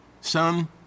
Son